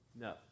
No